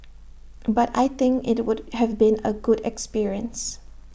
but I think IT would have been A good experience